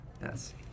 Yes